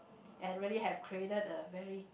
and really have created a very